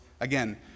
Again